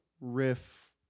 riff